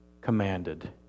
commanded